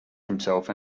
himself